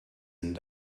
and